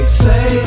say